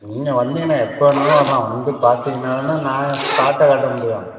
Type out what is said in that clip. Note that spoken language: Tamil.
நீங்கள் வந்தீங்கன்னால் எப்போ வேணாலும் வரலாம் வந்து பார்த்தீங்கன்னா தானே நான் ஸ்பாட்டை காட்ட முடியும்